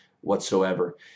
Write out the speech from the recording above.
whatsoever